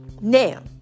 Now